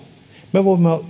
me voimme